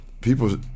people